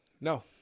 No